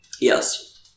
Yes